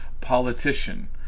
politician